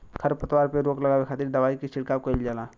खरपतवार पे रोक लगावे खातिर दवाई के छिड़काव कईल जाला